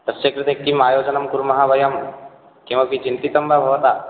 तस्य कृते किम् आयोजनं कुर्मः वयं किमपि चिन्तितं वा भवता